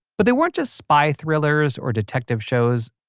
but they weren't just spy thrillers or detective shows.